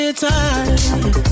time